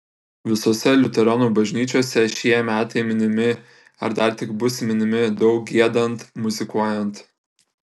visose liuteronų bažnyčiose šie metai minimi ar dar tik bus minimi daug giedant muzikuojant